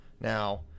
Now